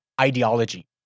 ideology